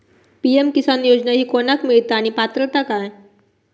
PM Kisan योजना ही कोणाक मिळता आणि पात्रता काय?